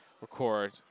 record